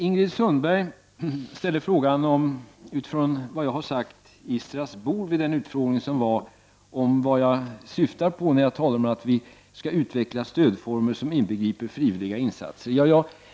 Ingrid Sundberg frågade, utifrån vad jag har sagt i den utfrågning jag deltog ii Strasbourg, vad jag syftar på när jag talar om att vi skall utveckla stödformer som inbegriper frivilliga insatser.